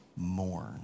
mourn